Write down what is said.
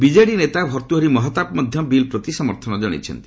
BJD ନେତା ଭର୍ଭୂହରି ମହତାବ ମଧ୍ୟ ବିଲ୍ ପ୍ରତି ସମର୍ଥନ ଜଣାଇଛନ୍ତି